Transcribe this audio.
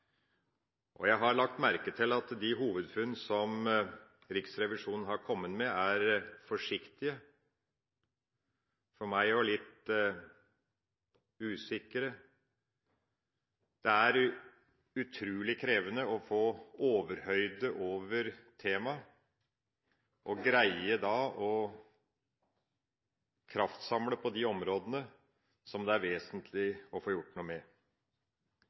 Jeg har lagt merke til at de hovedfunn som Riksrevisjonen har kommet med, er forsiktige – for meg litt usikre. Det er utrolig krevende å få overhøyde over temaet og greie å kraftsamle på de områdene som det er vesentlig å få gjort noe med.